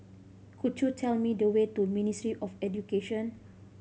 could you tell me the way to Ministry of Education